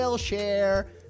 Share